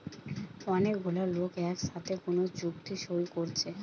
অনেক গুলা লোক একসাথে কোন চুক্তি সই কোরছে